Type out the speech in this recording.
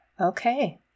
okay